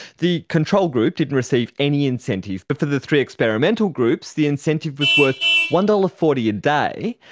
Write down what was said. the control group didn't receive any incentive, but for the three experimental groups, the incentive was worth one dollars. forty a day,